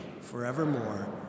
forevermore